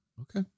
Okay